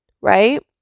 right